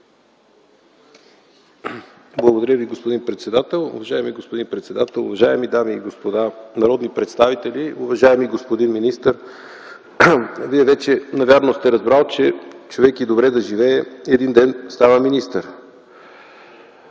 Благодаря Ви, господин председател. Уважаеми господин председател, уважаеми дами и господа народни представители, уважаеми господин министър! Вие вече навярно сте разбрал, че човек и добре да живее един ден става министър.